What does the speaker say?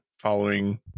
following